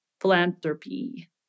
Philanthropy